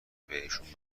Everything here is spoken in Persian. بهشون